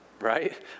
right